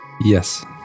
Yes